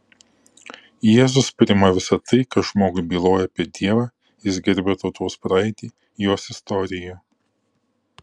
jėzus priima visa tai kas žmogui byloja apie dievą jis gerbia tautos praeitį jos istoriją